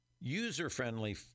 user-friendly